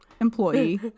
employee